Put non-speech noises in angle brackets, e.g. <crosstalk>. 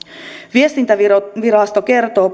viestintävirasto kertoo <unintelligible>